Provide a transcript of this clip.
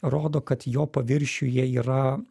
rodo kad jo paviršiuje yra